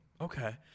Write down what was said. okay